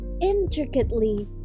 intricately